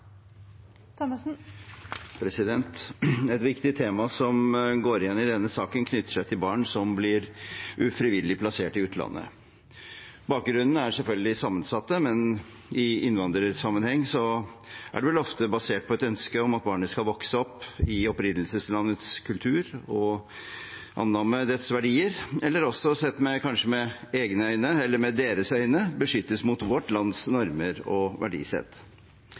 går igjen i denne saken, knytter seg til barn som blir ufrivillig plassert i utlandet. Bakgrunnen er selvfølgelig sammensatt, men i innvandrersammenheng er det vel ofte basert på et ønske om at barnet skal vokse opp i opprinnelseslandets kultur og annamme dets verdier, eller også kanskje – sett med deres øyne – beskyttes mot vårt lands normer og verdisett.